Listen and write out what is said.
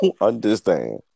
understand